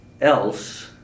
else